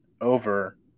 over